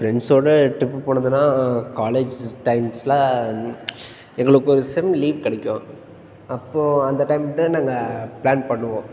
ஃப்ரெண்ட்ஸோடு ட்ரிப்பு போனதுனா காலேஜு டைம்ல எங்களுக்கு ஒரு செம் லீவு கிடைக்கும் அப்போது அந்த டைம் நாங்கள் ப்ளான் பண்ணுவோம்